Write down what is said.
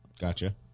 Gotcha